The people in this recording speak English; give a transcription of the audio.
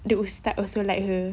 the ustaz also like her